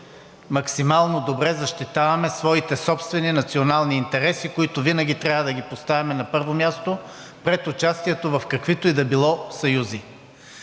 максимално добре защитаваме своите собствени национални интереси, които винаги трябва да ги поставяме на първо място пред участието в каквито и да било съюзи.